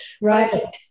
Right